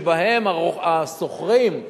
שבהן השוכרים,